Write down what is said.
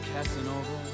Casanova